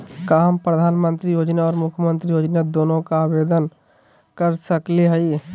का हम प्रधानमंत्री योजना और मुख्यमंत्री योजना दोनों ला आवेदन कर सकली हई?